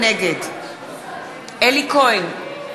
נגד אלי כהן,